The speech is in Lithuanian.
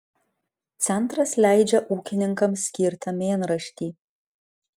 centras leidžia ūkininkams skirtą mėnraštį